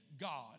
God